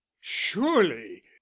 surely